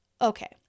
Okay